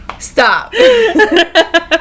stop